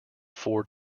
four